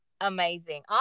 amazing